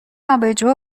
آبجو